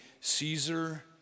caesar